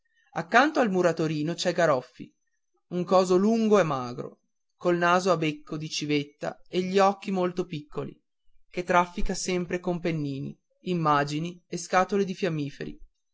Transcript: accanto al muratorino c'è garoffi un coso lungo e magro col naso a becco di civetta e gli occhi molto piccoli che traffica sempre con pennini immagini e scatole di fiammiferi